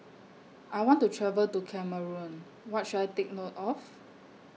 I want to travel to Cameroon What should I Take note of